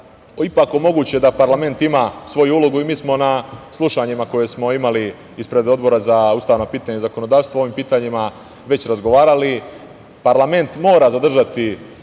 ipak omoguće da parlament ima svoju ulogu. Mi smo na slušanjima koja smo imali ispred Odbora za ustavna pitanja i zakonodavstvo o ovim pitanjima već razgovarali. Parlament mora zadržati